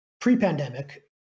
pre-pandemic